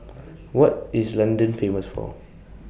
What IS London Famous For